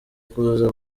kuza